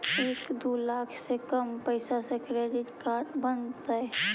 एक दू लाख से कम पैसा में क्रेडिट कार्ड बनतैय?